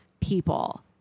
people